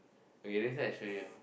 okay let's say I show you